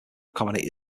accommodate